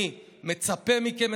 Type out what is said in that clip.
אני מצפה מכם,